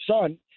son